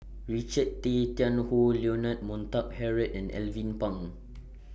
Richard Tay Tian Hoe Leonard Montague Harrod and Alvin Pang